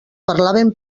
parlaven